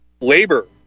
labor